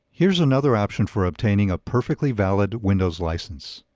here's another option for obtaining a perfectly valid windows license.